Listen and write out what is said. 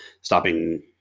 stopping